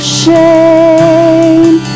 shame